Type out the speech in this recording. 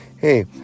Hey